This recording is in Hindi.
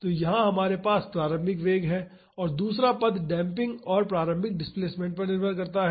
तो यहाँ हमारे पास प्रारंभिक वेग है और दूसरा पद डेम्पिंग और प्रारंभिक डिसप्लेमेंट पर निर्भर करता है